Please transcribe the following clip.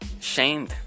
Shamed